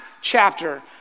chapter